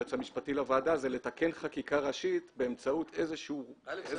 היועץ המשפטי לוועדה הוא לתקן חקיקה ראשית באמצעות איזשהו --- אל"ף,